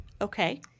Okay